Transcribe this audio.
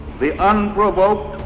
the unprovoked